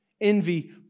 Envy